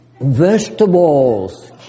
vegetables